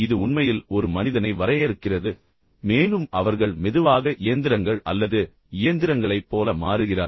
இது உண்மையில் ஒரு மனிதனை வரையறுக்கிறது மேலும் அவர்கள் மெதுவாக இயந்திரங்கள் அல்லது இயந்திரங்களைப் போல மாறுகிறார்கள்